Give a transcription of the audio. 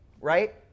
right